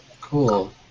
Cool